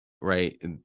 Right